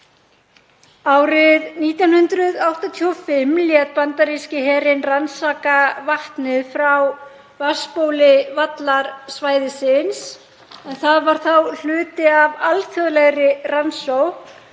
Árið 1985 lét bandaríski herinn rannsaka vatnið frá vatnsbóli vallarsvæðisins en það var þá hluti af alþjóðlegri rannsókn